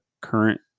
current